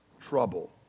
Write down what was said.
trouble